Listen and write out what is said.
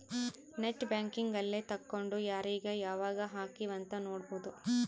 net banking ಅಲ್ಲೆ ತೆಕ್ಕೊಂಡು ಯಾರೀಗ ಯಾವಾಗ ಹಕಿವ್ ಅಂತ ನೋಡ್ಬೊದು